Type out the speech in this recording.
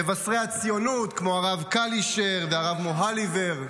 מבשרי הציונות כמו הרב קלישר והרב מוהליבר,